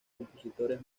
compositores